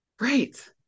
Right